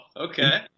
okay